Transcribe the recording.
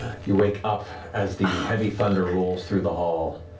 you wake up as the heavy thunder rolls through the hall.